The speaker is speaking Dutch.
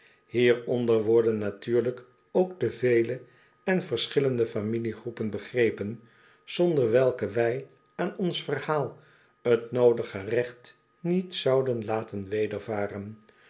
hieronder worden natuurlijk ook de vele en verschillende familiegroepen begrepen zonder welke wij aan ons verhaal t noodige recht niet zouden laten wedervaren